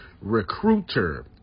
recruiter